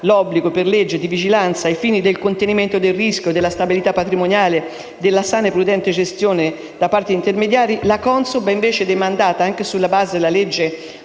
l'obbligo di vigilanza ai fini del contenimento del rischio, della stabilità patrimoniale e della sana e prudente gestione da parte degli intermediari, la Consob ha invece, anche sulla base della legge